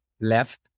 left